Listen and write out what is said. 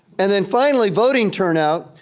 and then finally, voting turnout.